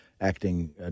acting